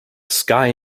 sky